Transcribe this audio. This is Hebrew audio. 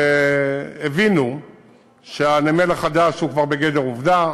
והם הבינו שהנמל החדש הוא כבר בגדר עובדה